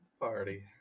party